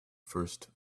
first